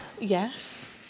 Yes